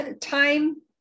time